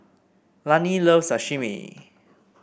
Lani loves Sashimi